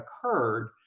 occurred